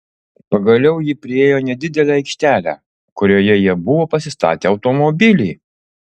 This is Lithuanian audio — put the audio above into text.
pagaliau ji priėjo nedidelę aikštelę kurioje jie buvo pasistatę automobilį